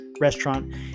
restaurant